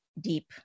deep